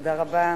תודה רבה.